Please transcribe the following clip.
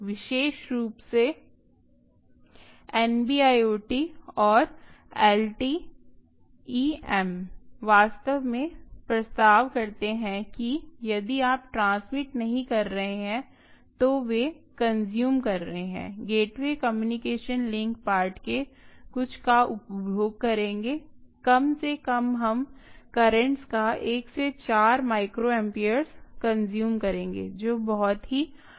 विशेष रूप से NB IoT और एलटीई एम वास्तव में प्रस्ताव करते हैं कि यदि आप ट्रांसमिट नहीं कर रहे हैं तो वे कंज्यूम कर रहे हैं गेटवे कम्युनिकेशन लिंक पार्ट के कुछ का उपभोग करेंगे कम से कम हम कर्रेंटस का एक से चार माइक्रोएम्पर्स कंज्यूम करेंगे जो बहुत ही आकर्षक है